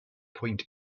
pwynt